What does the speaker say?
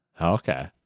Okay